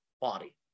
body